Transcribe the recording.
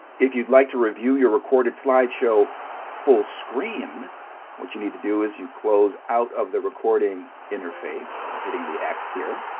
if you'd like to review your recorded slideshow fullscreen what you need to do is you close out of the recording interface by hitting the x here.